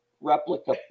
replica